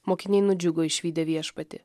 mokiniai nudžiugo išvydę viešpatį